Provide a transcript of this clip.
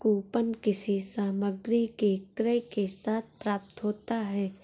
coupon किसी सामग्री के क्रय के साथ प्राप्त होता है